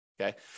okay